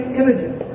images